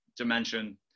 dimension